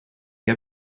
heb